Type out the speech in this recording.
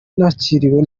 nakiriwe